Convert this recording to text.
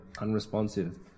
unresponsive